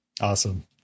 awesome